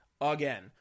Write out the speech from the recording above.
again